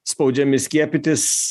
spaudžiami skiepytis